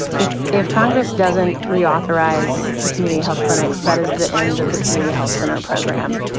if if congress doesn't reauthorize the community health clinics, that is the end of the community health center program.